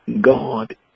God